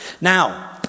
Now